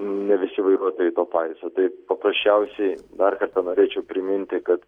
ne visi vairuotojai to paiso taip paprasčiausiai dar kartą norėčiau priminti kad